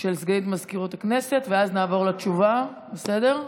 של סגנית מזכירת הכנסת, ואז נעבור לתשובה, בסדר?